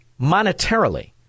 monetarily